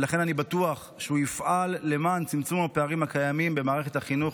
ולכן אני בטוח שהוא יפעל למען צמצום הפערים הקיימים במערכת החינוך.